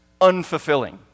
unfulfilling